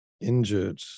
Injured